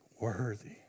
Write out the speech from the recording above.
Worthy